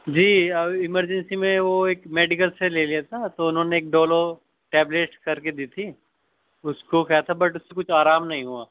جی ابھی ایمرجنسی میں وہ ایک میڈیکل سے لے لیا تھا تو اُنہوں نے ایک ڈولو ٹیبلیٹ کر کے دی تھی اُس کو کھایا تھا بٹ اُس سے کچھ آرام نہیں ہُوا